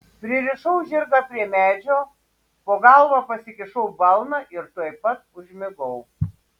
pririšau žirgą prie medžio po galva pasikišau balną ir tuoj pat užmigau